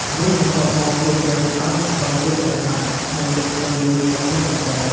រួចបន្ទាប់មកយកត្រីឆ្អើរមកបេះយកតែសាច់ ហើយយកទៅលីងលើភ្លើងបន្តិច។